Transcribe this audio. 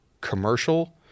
commercial